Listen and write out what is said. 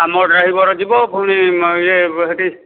ଆମ ଡ୍ରାଇଭର ଯିବ ପୁଣି ଇଏ ସେଠି